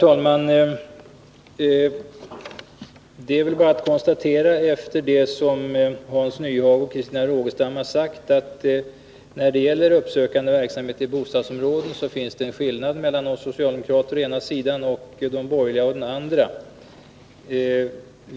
Herr talman! Efter det som Hans Nyhage och Christina Rogestam har sagt är det väl bara att konstatera att när det gäller uppsökande verksamhet i bostadsområden finns det en skillnad mellan oss socialdemokrater å den ena sidan och de borgerliga å den andra.